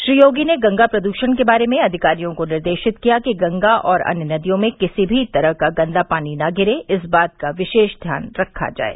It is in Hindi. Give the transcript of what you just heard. श्री योगी ने गंगा प्रदरषण के बारे में अधिकारियों को निर्देशित किया कि गंगा और अन्य नदियों में किसी भी तरह का गंदा पानी न गिरे इस बात का विशेष ध्यान रखा जाये